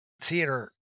theater